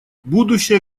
будущая